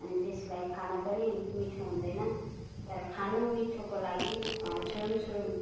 त्यसलाई खान पनि मिठो हुँदैन र खानु मिठोको लागि छुरुम छुरुम